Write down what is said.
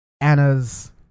Anna's